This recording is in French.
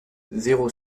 zéro